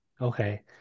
Okay